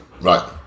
right